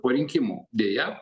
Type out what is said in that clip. po rinkimų deja